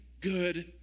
good